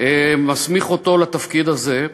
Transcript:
מסמיך אותו לתפקיד הזה,